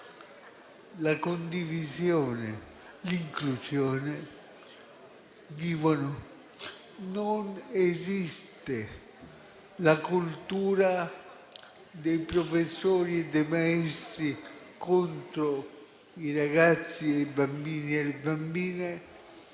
la condivisione, l'inclusione vivono. Non esiste la cultura dei professori e dei maestri contro i ragazzi, i bambini e le bambine